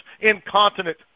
incontinent